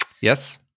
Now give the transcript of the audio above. Yes